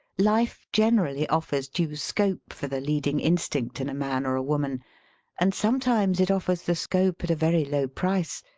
life generally offers due scope for the leading instinct in a man or a woman and sometimes it offers the scope at a very low price,